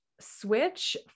switch